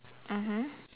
mmhmm